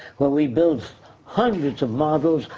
where we've built hundreds of models,